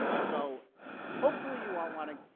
so hopefully you all want to,